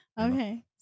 Okay